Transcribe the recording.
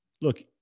Look